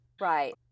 Right